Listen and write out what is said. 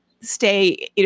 stay